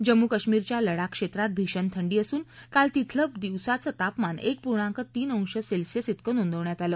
जम्मू काश्मीरच्या लडाख क्षेत्रात भीषण थंडी असून काल तिथलं दिवसाचं तापमान एक उणे पूर्णाक तीन अंश सेल्सियस इतक नोंदवण्यात आलं